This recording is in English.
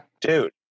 dude